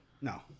No